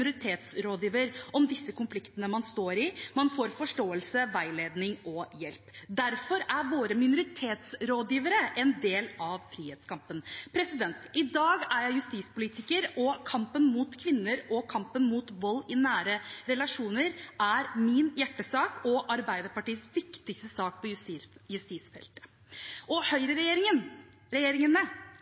om disse konfliktene man står i. Man får forståelse, veiledning og hjelp. Derfor er våre minoritetsrådgivere en del av frihetskampen. I dag er jeg justispolitiker, og kampen mot vold mot kvinner og kampen mot vold i nære relasjoner er min hjertesak og Arbeiderpartiets viktigste sak på justisfeltet. Høyreregjeringene leverte ingen forpliktende og